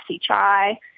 Chai